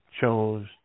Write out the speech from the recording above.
chose